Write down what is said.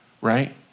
right